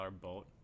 boat